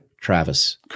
Travis